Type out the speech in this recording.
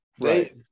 right